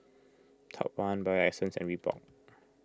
Top one Bio Essence and Reebok